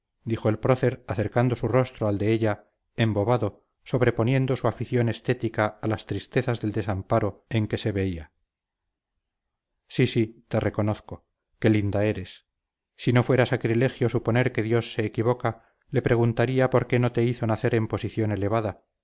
dijo el prócer acercando su rostro al de ella embobado sobreponiendo su afición estética a las tristezas del desamparo en que se veía sí sí te reconozco qué linda eres si no fuera sacrilegio suponer que dios se equivoca le preguntaría por qué no te hizo nacer en posición elevada